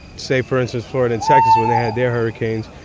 say for instance, florida and texas, when they had their hurricanes,